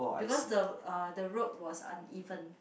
because the uh the road was uneven